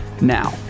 Now